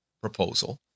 proposal